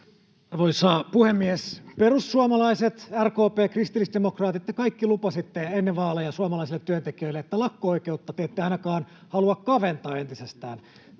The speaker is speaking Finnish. Arvoisa puhemies! Perussuomalaiset, RKP, kristillisdemokraatit — te kaikki lupasitte ennen vaaleja suomalaisille työntekijöille, että lakko-oikeutta te ette ainakaan halua kaventaa entisestään.